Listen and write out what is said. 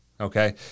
Okay